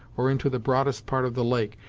or into the broadest part of the lake,